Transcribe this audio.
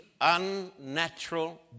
unnatural